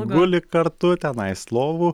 guli kartu tenais lovų